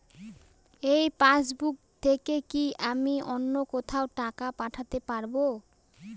এই পাসবুক থেকে কি আমি অন্য কোথাও টাকা পাঠাতে পারব?